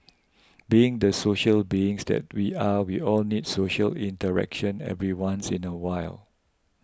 being the social beings that we are we all need social interaction every once in a while